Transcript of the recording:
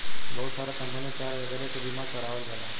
बहुत सारा company car वगैरह के बीमा करावल जाला